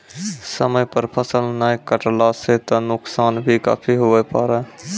समय पर फसल नाय कटला सॅ त नुकसान भी काफी हुए पारै